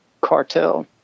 cartel